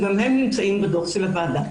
שגם הם נמצאים בדוח של הוועדה.